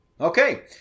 Okay